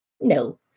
No